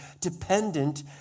dependent